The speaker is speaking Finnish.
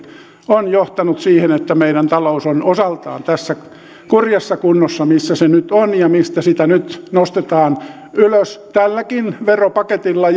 on osaltaan johtanut siihen että meidän talous on tässä kurjassa kunnossa missä se nyt on ja mistä sitä nyt nostetaan ylös tälläkin veropaketilla